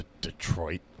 Detroit